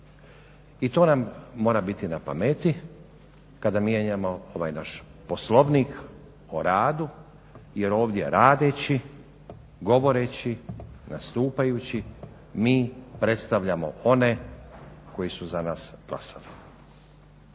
i to nam mora biti na pameti kada mijenjamo ovaj naš Poslovnik o radu jer ovdje radeći, govoreći, nastupajući, mi predstavljamo one koji su za nas glasali.